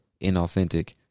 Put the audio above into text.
inauthentic